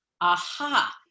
aha